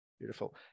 Beautiful